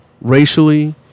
racially